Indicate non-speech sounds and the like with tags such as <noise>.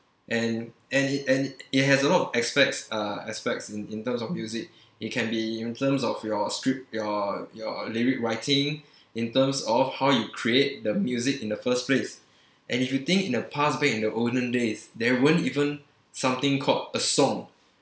and and it and it has a lot of aspects uh aspects in in terms of music <breath> it can be in terms of your script your your lyric writing <breath> in terms of how you create the music in the first place <breath> and if you think in the past back in the olden days there weren't even something called a song